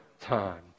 time